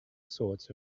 sorts